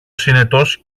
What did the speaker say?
συνετός